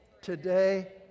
today